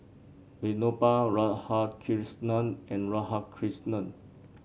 Vinoba Radhakrishnan and Radhakrishnan